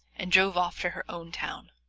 and drove off to her own town.